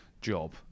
job